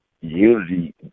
unity